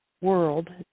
world